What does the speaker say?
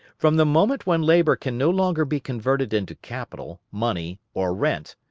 from the moment when labour can no longer be converted into capital, money, or rent,